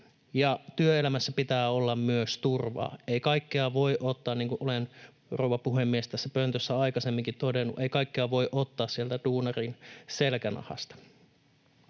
työelämässä pitää olla myös turvaa. Ei kaikkea voi ottaa, niin kuin olen, rouva puhemies, tässä pöntössä aikaisemminkin todennut, sieltä duunarin selkänahasta.